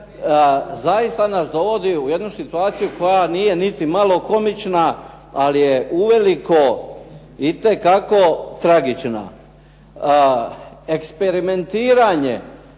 zaista nas dovodi u jednu situaciju koja nije niti malo komična ali je uveliko itekako tragična. Eksperimentiranje